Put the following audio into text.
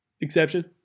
exception